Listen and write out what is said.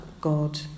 God